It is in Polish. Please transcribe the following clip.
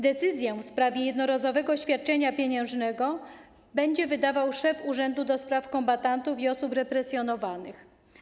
Decyzję w sprawie jednorazowego świadczenia pieniężnego będzie wydawał szef Urzędu do Spraw Kombatantów i Osób Represjonowanych.